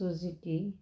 Suzuki